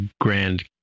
grand